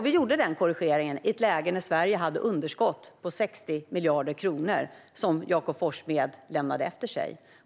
Vi gjorde denna korrigering i ett läge när Sverige hade ett underskott på 60 miljarder kronor som Jakob Forssmed och Alliansen lämnade efter sig.